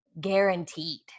Guaranteed